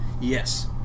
Yes